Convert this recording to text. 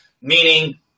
meaning